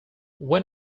when